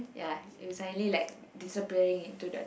ya you suddenly like disappearing into the